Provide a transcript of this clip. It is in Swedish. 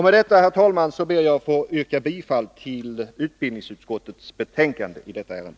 Med detta, herr talman, ber jag att få yrka bifall till utbildningsutskottets hemställan i detta ärende.